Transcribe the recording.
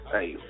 Hey